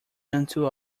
unto